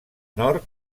nord